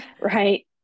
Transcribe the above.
Right